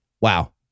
Wow